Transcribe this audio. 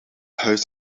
huis